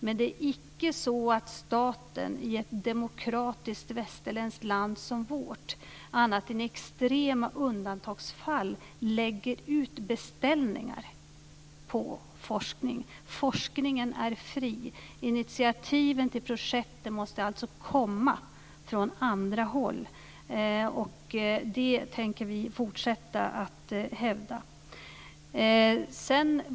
Men det är icke så att staten i ett demokratiskt västerländskt land som vårt annat än i extrema undantagsfall lägger ut beställningar på forskning. Forskningen är fri. Initiativen till projekten måste alltså komma från andra håll. Och det tänker vi fortsätta att hävda.